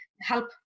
help